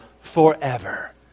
forever